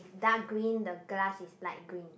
dark green the glass is light green